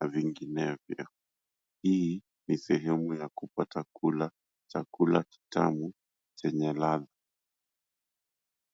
na vinginevyo. Hii ni sehemu ya kupata kula chakula kitamu chenye ladha.